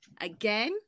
again